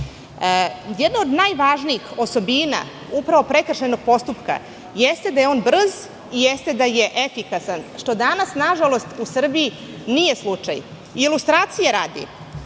Jedna od najvažnijih osobina prekršajnog postupka jeste da je on brz i jeste da je efikasan, što danas, nažalost, u Srbiji nije slučaj. Ilustracije radi,